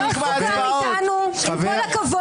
זה לא סוכם איתנו, עם כל הכבוד.